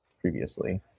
previously